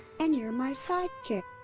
and you're my sidekick.